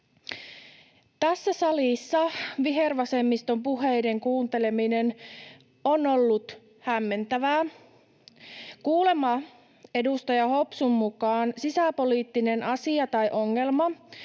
Tässä salissa vihervasemmiston puheiden kuunteleminen on ollut hämmentävää. Kuulemma edustaja Hopsun mukaan sisäpoliittinen asia tai ongelma,